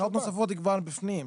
שעות נוספות כבר בפנים.